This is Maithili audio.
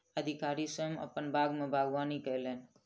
अधिकारी स्वयं अपन बाग में बागवानी कयलैन